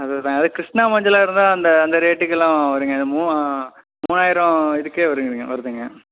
அது தான் இதே கிருஷ்ணா மஞ்சளாக இருந்தால் அந்த அந்த ரேட்டுக்குலாம் வருங்க இது மூ மூவாயிரம் இதுக்கே வரும்கிறிங்க வருதுங்க